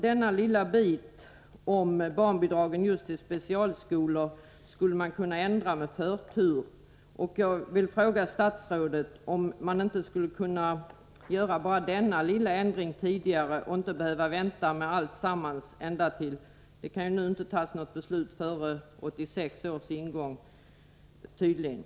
Den lilla bit som rör barnbidragen till just specialskolor tycker jag att man borde ändra med förtur. Jag vill fråga statrådet om man inte skulle kunna göra bara denna lilla ändring tidigare och inte behöva vänta med alltsammans, eftersom det då tydligen inte kan fattas något beslut före 1986 års ingång.